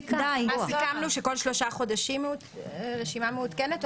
אז סיכמנו שכל שלושה חודשים רשימה מעודכנת,